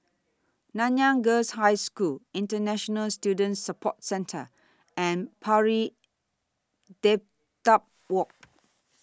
Nanyang Girls' High School International Student Support Centre and Pari Dedap Walk